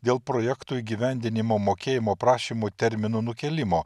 dėl projekto įgyvendinimo mokėjimo prašymų termino nukėlimo